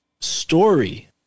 story